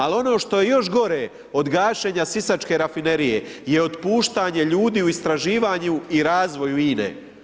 Al ono što je još gore od gašenja sisačke Rafinerije je otpuštanje ljudi u istraživanju i razvoju INE.